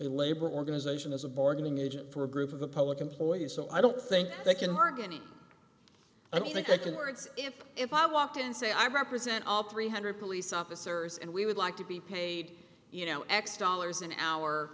labor organization as a bargaining agent for a group of the public employees so i don't think they can work any i don't think i can words if if i walked in and say i represent all three hundred police officers and we would like to be paid you know x dollars an hour